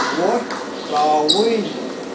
وۄٹھ ترٛاوٕنۍ